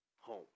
home